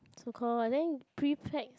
so called I think prepacked